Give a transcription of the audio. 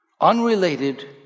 unrelated